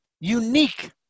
unique